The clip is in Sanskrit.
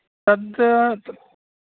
तद्